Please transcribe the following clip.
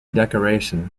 decoration